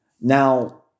Now